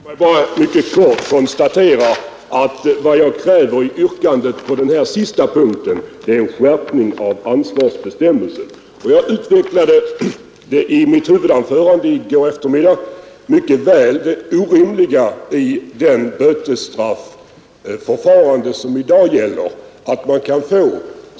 Herr talman! Jag vill bara mycket kort konstatera att vad jag kräver i yrkandet på den här sista punkten är en skärpning av ansvarsbestämmelserna. I mitt huvudanförande i går eftermiddag utvecklade jag hur orimligt det bötesstrafförfarande är som i dag gäller.